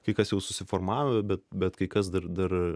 kai kas jau susiformavę bet bet kai kas dar dar